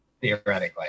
theoretically